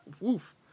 Woof